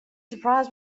surprised